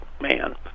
man